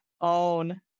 own